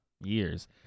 Years